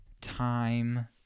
time